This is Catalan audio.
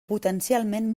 potencialment